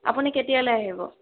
আপুনি কেতিয়ালৈ আহিব